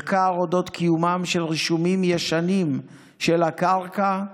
מחקר על אודות קיומם של רישומים ישנים של הקרקע,